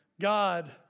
God